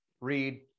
read